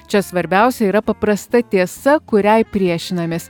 čia svarbiausia yra paprasta tiesa kuriai priešinamės